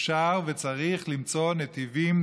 אפשר וצריך למצוא נתיבים,